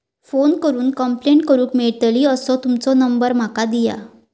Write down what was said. Phone करून complaint करूक मेलतली असो तुमचो नंबर माका दिया?